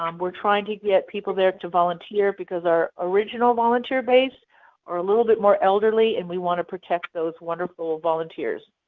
um we are trying to get people there to volunteer because our original volunteer base are a little bit more elderly and we want to protect those wonderful volunteers.